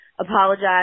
apologize